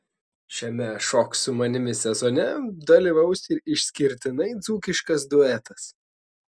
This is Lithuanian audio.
šiame šok su manimi sezone dalyvaus ir išskirtinai dzūkiškas duetas